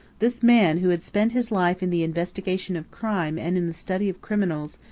this man, who had spent his life in the investigation of crime and in the study of criminals,